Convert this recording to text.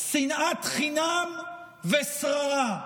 שנאת חינם ושררה.